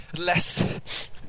less